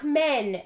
men